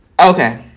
Okay